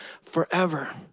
forever